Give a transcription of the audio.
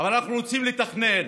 אבל אנחנו רוצים לתכנן,